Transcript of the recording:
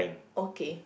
okay